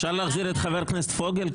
אפשר להחזיר את חבר הכנסת פוגל?